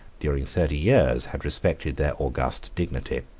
during thirty years, had respected their august dignity.